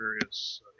various